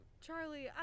Charlie